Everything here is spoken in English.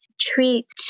treat